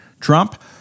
Trump